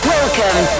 Welcome